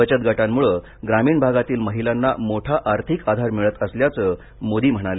बचत गटांमुळे ग्रामीण भागातील महिलांना मोठा आर्थिक आधार मिळत असल्याचं मोदी म्हणाले